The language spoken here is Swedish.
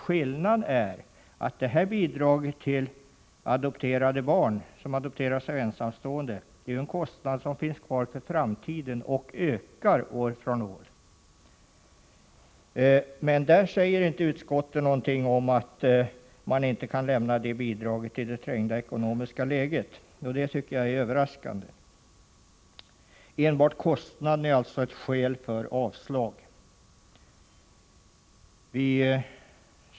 Skillnaden är att bidraget till barn som adopterats av ensamstående är en kostnad som finns kvar för framtiden och som ökar år för år. I detta sammanhang säger inte utskottet någonting om att man inte kan lämna bidrag i detta trängda ekonomiska läge, och det tycker jag är överraskande.